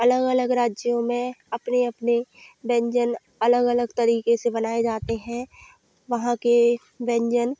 अलग अलग राज्यों में अपने अपने व्यंजन अलग अलग तरीके से बनाए जाते हैं वहाँ के व्यंजन